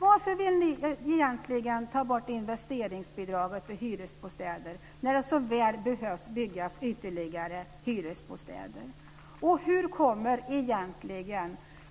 Varför vill ni ta bort investeringsbidraget till hyresbostäder när det så väl behöver byggas ytterligare hyresbostäder? Och hur kommer